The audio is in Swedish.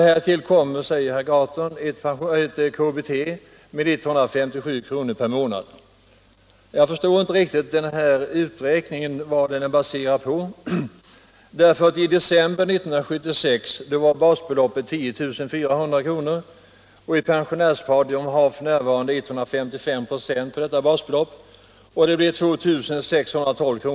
Härtill kommer, säger herr Gahrton, ett KBT på 157 kr. per månad. Jag förstår inte riktigt vad denna uträkning är baserad på. I december 1976 var basbeloppet 10 400 kr. och ett pensionärspar har f. n. 155 96 på detta basbelopp. Det blir 2 612 kr.